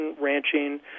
ranching